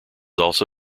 also